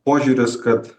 požiūris kad